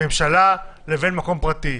ממשלה לבין מקום פרטי.